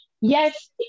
yes